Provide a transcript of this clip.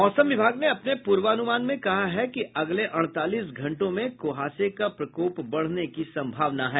मौसम विभाग ने अपने पूर्वानुमान में कहा है कि अगले अड़तालीस घंटों में कुहासे का प्रकोप बढ़ने की सम्भावना है